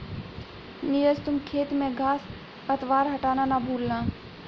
नीरज तुम खेत में घांस पतवार हटाना ना भूलना